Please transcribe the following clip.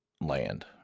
land